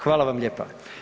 Hvala vam lijepa.